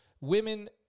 Women